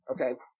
Okay